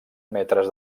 metres